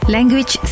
Language